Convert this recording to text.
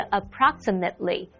approximately